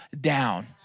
down